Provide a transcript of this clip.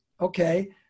okay